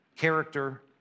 character